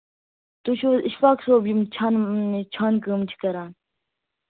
تُہۍ چھِو حظ اِشفاک صٲب یِم چھان چھانہٕ کٲم چھِ کران